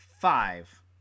five